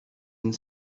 and